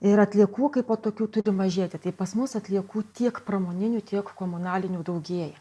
ir atliekų kaipo tokių turi mažėti tai pas mus atliekų tiek pramoninių tiek komunalinių daugėja